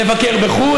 לבקר בחו"ל.